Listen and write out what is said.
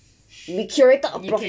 we created a prof~